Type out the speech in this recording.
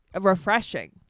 refreshing